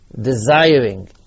desiring